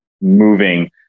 moving